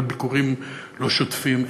על ביקורים לא שוטפים,